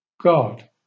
God